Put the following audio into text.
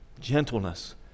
gentleness